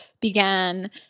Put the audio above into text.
began